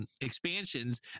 expansions